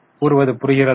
கூறுவது புரிகிறதா